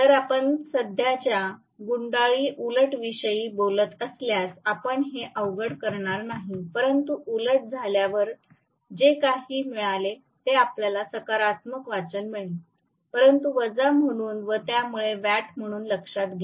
तर आपण सध्याचे गुंडाळी उलट करण्याविषयी बोलत असल्यास आपण हे अवघडपणे करणार नाही परंतु उलट झाल्यावर जे काही मिळाले ते आपल्याला सकारात्मक वाचन मिळेल परंतु वजा म्हणून व त्यामुळे वॅट म्हणून लक्षात घ्या